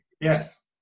yes